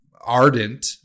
ardent